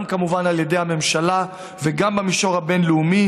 גם כמובן על ידי הממשלה וגם במישור הבין-לאומי,